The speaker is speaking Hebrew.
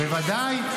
אנחנו --- בוודאי.